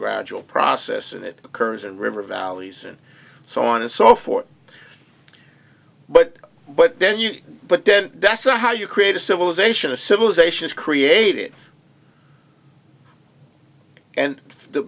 gradual process and it occurs in river valleys and so on and so forth but but then you but then that's how you create a civilization a civilization is created and the